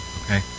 okay